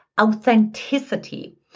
authenticity